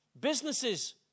businesses